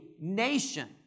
nation